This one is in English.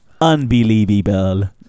unbelievable